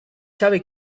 sabe